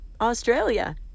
Australia